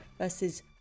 versus